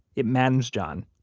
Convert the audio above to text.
it maddens john.